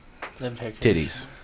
titties